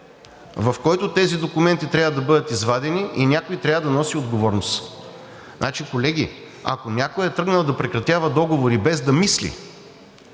в който тези документи трябва да бъдат извадени и някой трябва да носи отговорност. Значи, колеги, ако някой е тръгнал да прекратява договори, без да мисли,